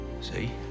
See